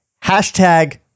hashtag